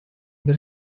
bir